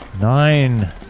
Nine